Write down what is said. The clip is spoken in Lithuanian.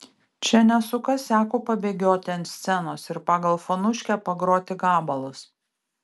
čia ne su kasiaku pabėgioti ant scenos ir pagal fonuškę pagroti gabalus